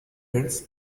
methods